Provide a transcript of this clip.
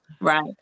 right